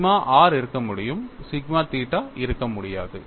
sigma r இருக்க முடியும் sigma theta இருக்க முடியாது